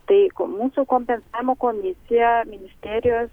tai ko mūsų kompensavimo komisija ministerijos